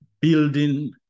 building